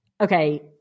okay